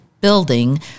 building